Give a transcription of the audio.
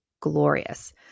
glorious